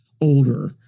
older